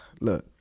look